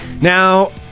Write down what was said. Now